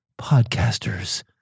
podcasters